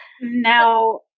now